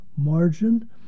margin